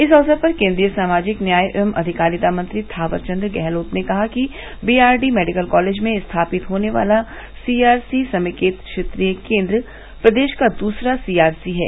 इस अवसर पर केन्द्रीय सामाजिक न्याय व अधिकारिता मंत्री थावर चन्द गहलौत ने कहा कि B R D medical college में स्थापित होना वाला सी आर सी समेकित क्षेत्रीय केन्द्र प्रदेष का दूसरा सी आर सी है